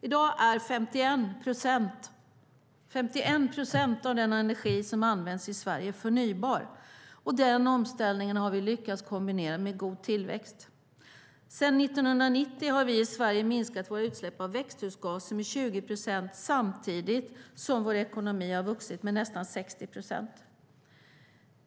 I dag är 51 procent av den energi som används i Sverige förnybar, och den omställningen har vi lyckats kombinera med god tillväxt. Sedan 1990 har vi i Sverige minskat våra utsläpp av växthusgaser med 20 procent samtidigt som vår ekonomi har vuxit med nästan 60 procent.